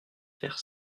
faire